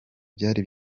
byari